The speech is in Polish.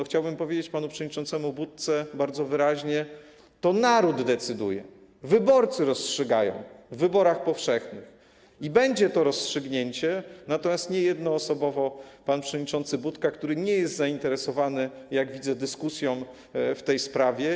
Chciałbym powiedzieć panu przewodniczącemu Budce bardzo wyraźnie: to naród decyduje, wyborcy rozstrzygają w wyborach powszechnych i będzie to rozstrzygniecie, natomiast nie jednoosobowo pan przewodniczący Budka, który nie jest zainteresowany, jak widzę, dyskusją w tej sprawie.